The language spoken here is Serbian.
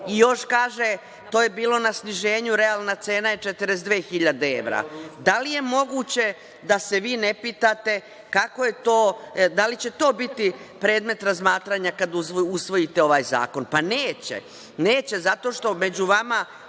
Još kaže - to je bilo na sniženju, realna cena je 42.000 evra. Da li je moguće da se vi ne pitate da li će to biti predmet razmatranja kada usvojite ovaj zakon? Pa neće, neće, zato što među vama